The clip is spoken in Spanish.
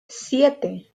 siete